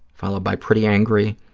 followed by pretty angry,